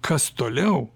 kas toliau